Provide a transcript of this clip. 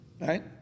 Right